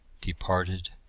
departed